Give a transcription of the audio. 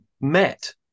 met